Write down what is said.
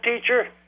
teacher